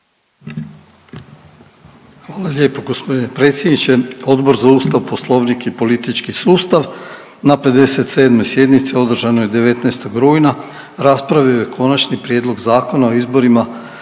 Hvala lijepo g. predsjedniče. Odbor za Ustav, Poslovnik i politički sustav na 57. sjednici održanoj 19. rujna raspravio je Konačni prijedlog Zakona o izbornim